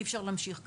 אי אפשר להמשיך ככה.